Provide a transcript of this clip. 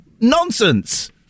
nonsense